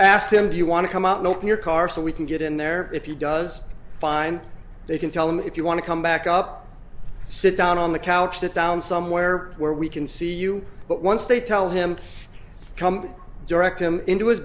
that asked him do you want to come out and open your car so we can get in there if you does find they can tell him if you want to come back up sit down on the couch sit down somewhere where we can see you but once they tell him come direct him into his